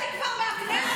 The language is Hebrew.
לכי כבר מהכנסת.